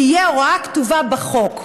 תהיה הוראה קבועה בחוק.